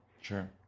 Sure